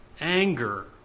Anger